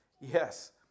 Yes